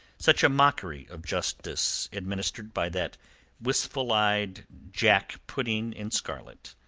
such a mockery of justice administered by that wistful-eyed jack-pudding in scarlet,